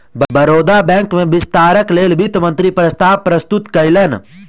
Baroda bank में विस्तारक लेल वित्त मंत्री प्रस्ताव प्रस्तुत कयलैन